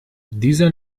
dieser